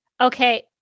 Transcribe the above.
okay